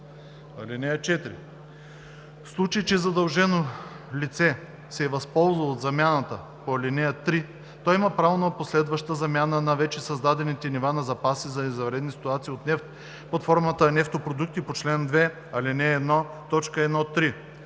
т. 4. (4)В случай че задължено лице се е възползвало от замяната по ал. 3, то има право на последваща замяна на вече създадените нива на запаси за извънредни ситуации от нефт под формата на нефтопродукти по чл. 2, ал. 1, т.